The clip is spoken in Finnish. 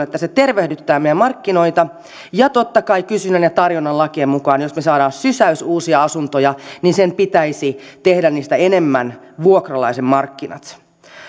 että se tämän kautta tervehdyttää meidän markkinoitamme ja totta kai kysynnän ja tarjonnan lakien mukaan jos me saamme sysäyksen uusia asuntoja sen pitäisi tehdä niistä enemmän vuokralaisen markkinat